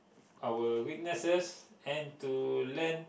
our weaknesses and to learn